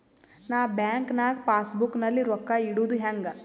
ನಾ ಬ್ಯಾಂಕ್ ನಾಗ passbook ನಲ್ಲಿ ರೊಕ್ಕ ಇಡುದು ಹ್ಯಾಂಗ್?